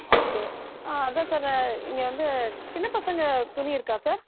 okay ஆ அதுதான் sir இங்கே வந்து சின்னப்பசங்கள் துணி இருக்கா சார்